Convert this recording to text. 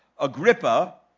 Agrippa